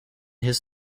his